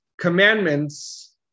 commandments